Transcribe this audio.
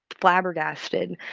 flabbergasted